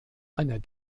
einer